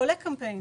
כשעולה קמפיין